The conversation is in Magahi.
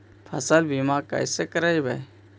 फसल बीमा कैसे करबइ?